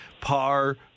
par